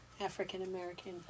african-american